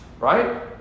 right